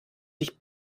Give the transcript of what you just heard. dich